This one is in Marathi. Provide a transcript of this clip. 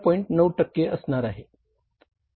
9 टक्के असणार आहे